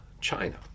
China